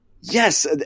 Yes